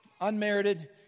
unmerited